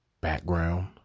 background